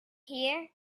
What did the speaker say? here